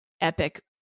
epic